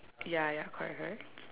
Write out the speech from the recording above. ya ya correct correct